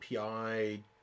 API